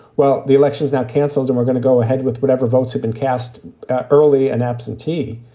well, the election is now canceled and we're gonna go ahead with whatever votes have been cast early and absentee.